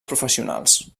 professionals